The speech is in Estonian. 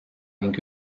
ning